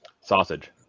Sausage